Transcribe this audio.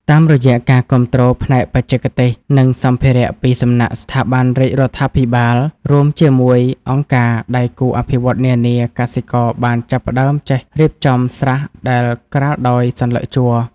តាមរយៈការគាំទ្រផ្នែកបច្ចេកទេស និងសម្ភារៈពីសំណាក់ស្ថាប័នរាជរដ្ឋាភិបាល រួមជាមួយអង្គការដៃគូអភិវឌ្ឍន៍នានា កសិករបានចាប់ផ្ដើមចេះរៀបចំស្រះដែលក្រាលដោយសន្លឹកជ័រ។